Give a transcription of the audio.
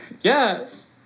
Yes